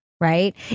Right